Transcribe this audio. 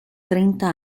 treinta